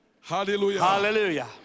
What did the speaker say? Hallelujah